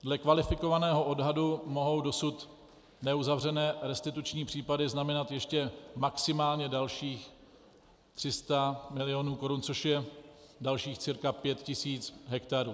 Dle kvalifikovaného odhadu mohou dosud neuzavřené restituční případy znamenat ještě maximálně dalších 300 milionů korun, což je dalších cca 5 tisíc hektarů.